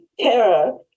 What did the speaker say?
Kara